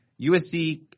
USC